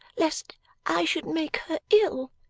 lest i should make her ill.